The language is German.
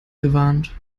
gewarnt